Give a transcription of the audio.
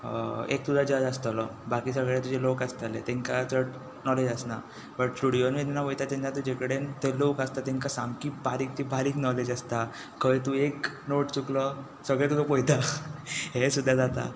एकलो जज आसतलो बाकी सगले तुजे लोक आसतले तांकां चड नॉलेज आसना बट स्टुडिओंत जेन्ना वयता तेन्ना तुजे कडेन थंय लोक आसता तांकां सामकी बारीकतली बारीक नोलॅज आसता खंय तूं एक नोट चुकलो सगले तुका पळयता हें सुद्दां जाता